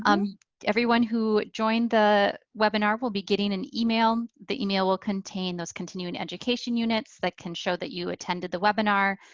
um everyone who joined the webinar will be getting an email. the email will contain those continuing education units that can show that you attended the webinar.